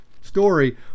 story